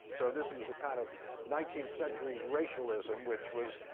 so this is the kind of nineteenth century racialism, which was